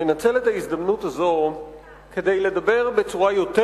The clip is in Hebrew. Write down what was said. לנצל את ההזדמנות הזו כדי לדבר בצורה יותר